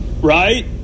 Right